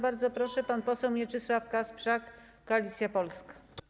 Bardzo proszę, pan poseł Mieczysław Kasprzak, Koalicja Polska.